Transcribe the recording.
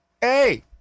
Hey